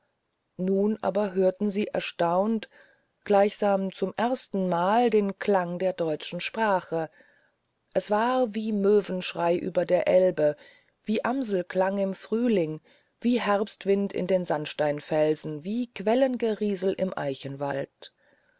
nun aber hörten sie erstaunt gleichsam zum erstenmal den klang der deutschen sprache das war wie möwenschrei über der elbe wie amselsang im frühling wie herbstwind in den sandsteinfelsen wie quellengeriesel im